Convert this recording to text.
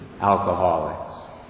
alcoholics